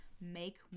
make